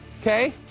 okay